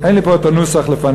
אין לי פה את הנוסח לפני.